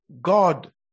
God